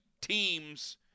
teams